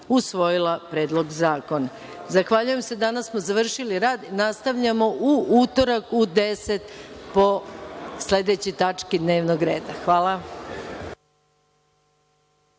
usvojila Predlog zakona. Zahvaljujem se. Danas smo završili rad. Nastavljamo u utorak u 10,00 po sledećoj tački dnevnog reda. Hvala